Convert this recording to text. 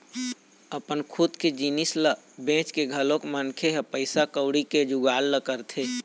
अपन खुद के जिनिस ल बेंच के घलोक मनखे ह पइसा कउड़ी के जुगाड़ ल करथे